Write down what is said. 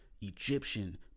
Egyptian